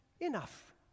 enough